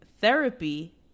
Therapy